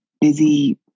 busy